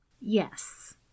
Yes